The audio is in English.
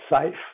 safe